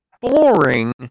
boring